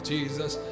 Jesus